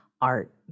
Art